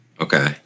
okay